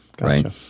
right